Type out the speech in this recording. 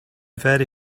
very